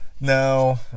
No